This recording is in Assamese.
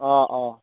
অঁ অঁ